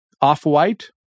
off-white